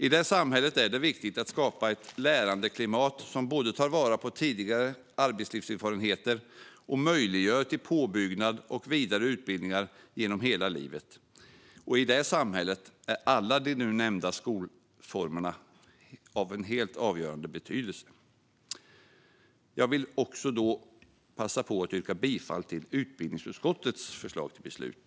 I det samhället är det viktigt att skapa ett lärandeklimat som både tar vara på tidigare arbetslivserfarenheter och möjliggör påbyggnad och vidare utbildningar genom hela livet. I det samhället är alla de nu nämnda skolformerna av helt avgörande betydelse. Jag vill också passa på att yrka bifall till utbildningsutskottets förslag till beslut.